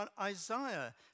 Isaiah